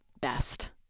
best